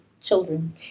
children